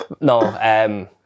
No